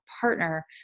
partner